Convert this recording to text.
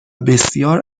بسیار